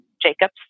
Jacobs